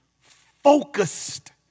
focused